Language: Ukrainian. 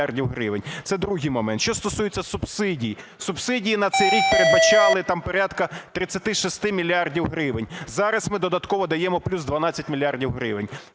Це другий момент. Що стосується субсидій. Субсидії на цей рік передбачали там порядку 36 мільярдів гривень. Зараз ми додатково даємо плюс 12 мільярдів гривень.